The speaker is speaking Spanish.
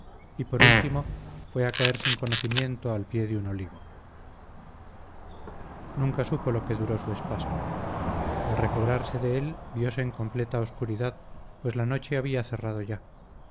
y por último fue a caer sin conocimiento al pie de un olivo nunca supo lo que duró su espasmo al recobrarse de él viose en completa obscuridad pues la noche había cerrado ya